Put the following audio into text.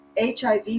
HIV